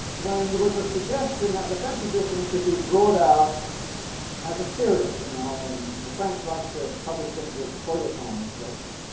when there was a suggestion that the french edition should be brought out as a serial you know and the french like to publish things as feuilletons that's